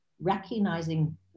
recognizing